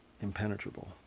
impenetrable